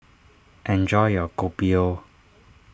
enjoy your Kopi O